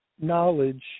knowledge